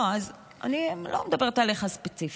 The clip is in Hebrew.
אני לא מדברת עליך ספציפית.